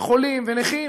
חולים ונכים